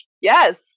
Yes